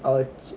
ஆச்சு:aaichu